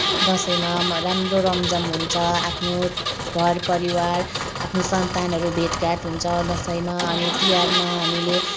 दसैँमा राम्रो रमझम् हुन्छ आफ्नो घर परिवार आफ्नो सन्तानहरू भेटघाट हुन्छ दसैँमा अनि तिहारमा हामीले